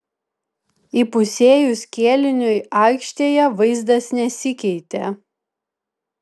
įpusėjus kėliniui aikštėje vaizdas nesikeitė